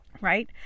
Right